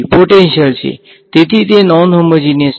potential છે તેથી તે નોનહોમેજીનીયસ છે